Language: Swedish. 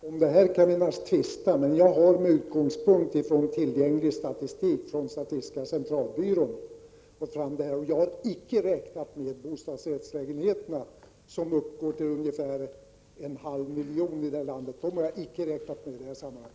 Herr talman! Om det här kan vi naturligtvis tvista, men jag har fått fram uppgifterna med utgångspunkt i tillgänglig statistik från statistiska centralbyrån. Bostadsrättslägenheterna, som uppgår till ungefär en halv miljon här i landet, har jag icke räknat med i detta sammanhang.